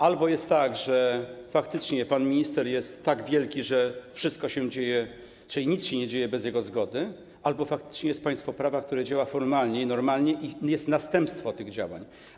Albo jest tak, że faktycznie pan minister jest tak wielki, że wszystko się dzieje, czyli nic się nie dzieje bez jego zgody, albo faktycznie jest państwo prawa, które działa formalnie i normalnie i jest następstwo tych działań.